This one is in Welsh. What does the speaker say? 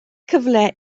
cyfle